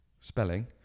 spelling